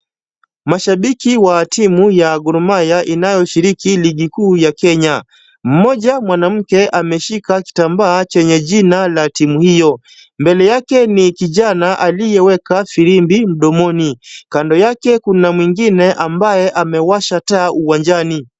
Mashabiki wa timu ya Gor Mahia inayoshiriki ligi kuu ya Kenya. Mmoja mwanamke ameshika kitambaa chenye jina la timu hiyo. Mbele yake ni kijana aliyeweka firimbi mdomoni. Kando yake kuna mwingine ambaye amewasha taa uwanjani.